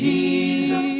Jesus